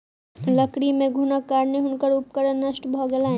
लकड़ी मे घुनक कारणेँ हुनकर उपकरण नष्ट भ गेलैन